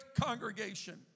congregation